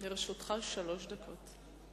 לרשותך שלוש דקות.